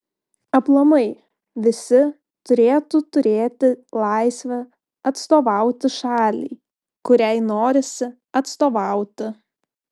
aplamai visi turėtų turėti laisvę atstovauti šaliai kuriai norisi atstovauti